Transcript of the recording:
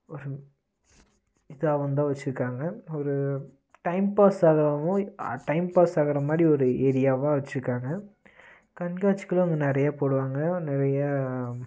ஒரு இதாவுந்தான் வச்சுருக்குறாங்க ஒரு டைம் பாஸாகவும் டைம் பாஸ் ஆகுற மாதிரி ஒரு ஏரியாவாக வச்சுருக்குறாங்க கண்காட்சிகளும் அங்கே நிறையா போடுவாங்க நிறையா